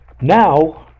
Now